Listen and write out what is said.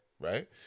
Right